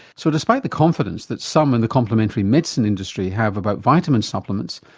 so despite the confidence that some in the complementary medicine industry have about vitamin supplements,